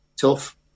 tough